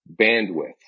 bandwidth